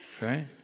right